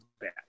bad